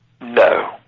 No